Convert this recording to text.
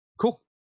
Cool